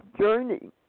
journey